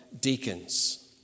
deacons